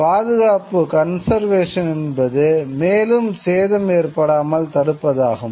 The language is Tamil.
பாதுகாப்பு என்பது மேலும் சேதம் ஏற்படாமல் தடுப்பதாகும்